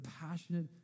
passionate